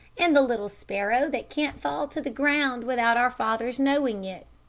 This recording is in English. and the little sparrow that can't fall to the ground without our father's knowing it.